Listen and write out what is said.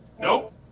Nope